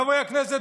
חברי הכנסת,